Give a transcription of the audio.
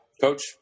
Coach